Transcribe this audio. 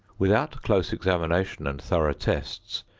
without close examination and thorough tests,